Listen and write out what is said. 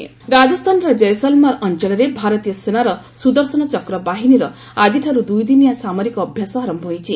Rajasthan exercise ରାଜସ୍ଥାନର ଜୟସଲମର ଅଞ୍ଚଳରେ ଭାରତୀୟ ସେନାର ସୁଦର୍ଶନଚକ୍ର ବାହିନୀର ଆଜିଠାରୁ ଦୁଇଦିନିଆ ସାମରିକ ଅଭ୍ୟାସ ଆରମ୍ଭ ହୋଇଛି